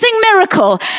miracle